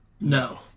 no